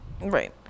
Right